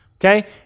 okay